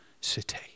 city